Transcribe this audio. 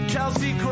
Kelsey